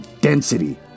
density